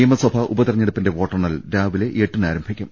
നിയമ സഭാ ഉപതെരഞ്ഞെടുപ്പിന്റെ വോട്ടെണ്ണൽ രാവിലെ എട്ടിന് ആരംഭിക്കും